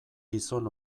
gizon